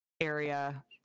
area